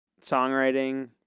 songwriting